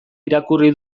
irakurri